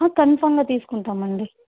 కన్ఫామ్గా తీసుకుంటాం అండి